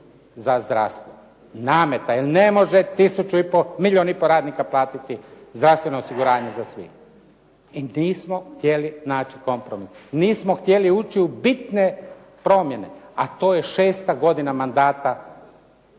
za zdravstvo, nameta. Jel' ne može milijun i pol radnika platiti zdravstveno osiguranje za sve. I nismo htjeli naći kompromis, nismo htjeli ući u bitne promjene, a to je 6. godina mandata HDZ-a